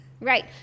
Right